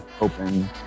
open